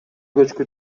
көчкү